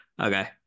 Okay